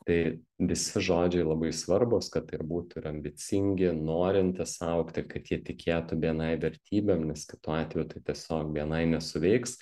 tai visi žodžiai labai svarbūs kad tai ir būtų ir ambicingi norintys augti kad jie tikėtų bni vertybėmis kitu atveju tai tiesiog bni nesuveiks